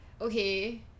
okay